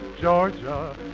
Georgia